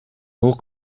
бул